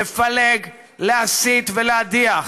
לפלג, להסית ולהדיח,